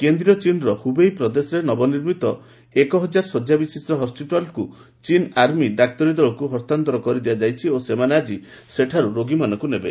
କେନ୍ଦ୍ରୀୟ ଚୀନ୍ର ହୁବେଇ ପ୍ରଦେଶରେ ନବନିର୍ମିତ ଏକହଜାର ଶଯ୍ୟା ବିଶିଷ୍ଟ ହସ୍କିଟାଲକୁ ଚୀନ୍ ଆର୍ମି ଡାକ୍ତରୀ ଦଳଙ୍କୁ ହସ୍ତାନ୍ତର କରିଦିଆଯାଇଛି ଓ ସେମାନେ ଆଜି ସେଠାରୁ ରୋଗୀମାନଙ୍କୁ ନେବେ